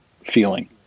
feeling